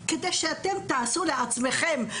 כדי שאתם תעשו לעצמכם,